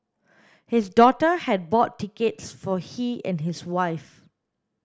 his daughter had bought tickets for he and his wife